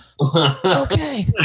Okay